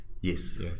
yes